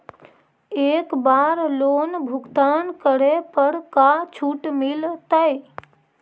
एक बार लोन भुगतान करे पर का छुट मिल तइ?